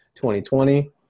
2020